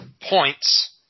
points